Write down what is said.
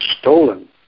stolen